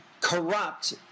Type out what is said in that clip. corrupt